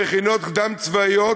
במכינות קדם-צבאיות,